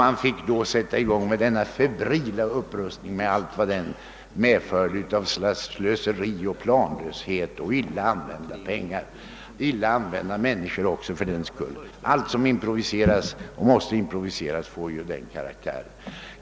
Man fick då sätta i gång en febril upprustning med allt den medförde av slöseri, planlöshet och illa använda pengar — illa använda människor också, för den delen. Allt som måste improviseras får ju den karaktären.